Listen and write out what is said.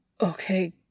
Okay